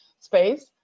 space